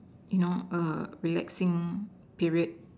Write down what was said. you know a relaxing period